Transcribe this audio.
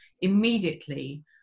immediately